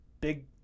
big